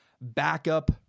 backup